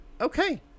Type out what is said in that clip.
Okay